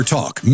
Talk